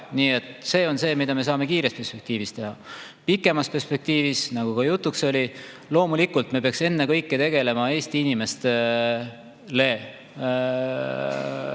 See on see, mida me saame kiiresti lühemas perspektiivis teha. Pikemas perspektiivis, nagu jutuks oli, loomulikult me peaksime ennekõike tegelema Eesti inimestele